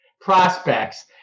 prospects